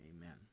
Amen